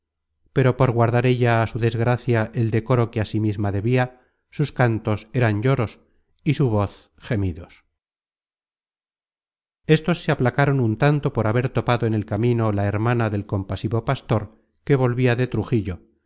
pero por guardar ella á su desgracia el decoro que á sí misma debia sus cantos eran lloros y su voz gemidos estos se aplacaron un tanto con haber topado en el camino la hermana del compasivo pastor que volvia de